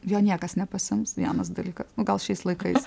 jo niekas nepasiims vienas dalykas nu gal šiais laikais